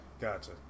Gotcha